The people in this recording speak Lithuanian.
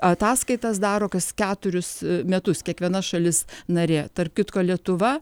ataskaitas daro kas keturius metus kiekviena šalis narė tarp kitko lietuva